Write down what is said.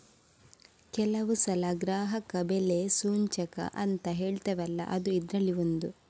ಕೆಲವು ಸಲ ಗ್ರಾಹಕ ಬೆಲೆ ಸೂಚ್ಯಂಕ ಅಂತ ಹೇಳ್ತೇವಲ್ಲ ಅದೂ ಇದ್ರಲ್ಲಿ ಒಂದು